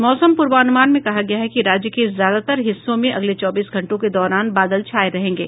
मौसम पूर्वानुमान में कहा गया है कि राज्य के ज्यादातर हिस्सो में अगले चौबीस घंटों के दौरान बादल छाये रहेंगे